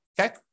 okay